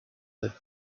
their